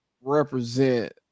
represent